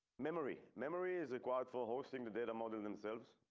memory memory is required for hosting the data model themselves